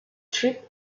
trip